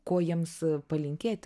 ko jiems palinkėti